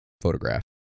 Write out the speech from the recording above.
photograph